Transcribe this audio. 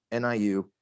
NIU